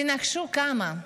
תנחשו כמה?